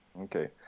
Okay